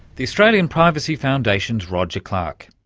the australian privacy foundation's roger clarke.